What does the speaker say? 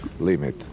Limit